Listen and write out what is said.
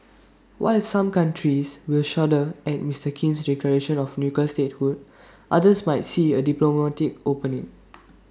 while some countries will shudder at Mister Kim's declaration of nuclear statehood others might see A diplomatic opening